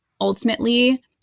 ultimately